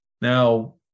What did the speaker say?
Now